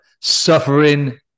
Suffering